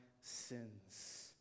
sins